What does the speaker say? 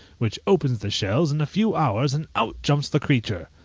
which opens the shells in a few hours, and out jumps the creature.